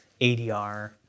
ADR